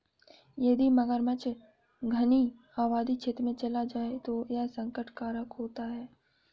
यदि मगरमच्छ घनी आबादी क्षेत्र में चला जाए तो यह संकट कारक होता है